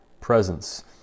presence